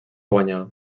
guanyar